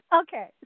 Okay